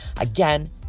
again